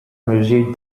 mesure